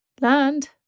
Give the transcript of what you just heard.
land